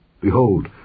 Behold